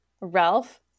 Ralph